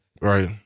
Right